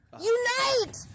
Unite